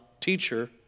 teacher